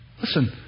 Listen